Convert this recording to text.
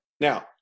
Now